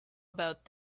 about